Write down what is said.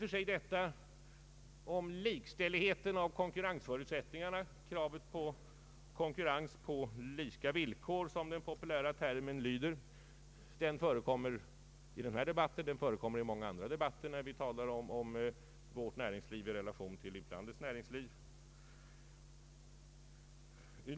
Kravet på likställighet i konkurrensförutsättningarna, konkurrens på lika villkor, som den populära termen lyder, förekommer i denna debatt och i många andra debatter när vi talar om vårt näringsliv i relation till utlandets näringsliv.